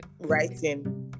writing